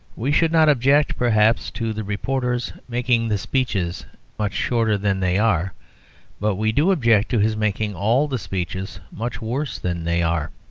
we should not object, perhaps, to the reporter's making the speeches much shorter than they are but we do object to his making all the speeches much worse than they are.